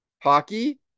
hockey